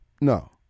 No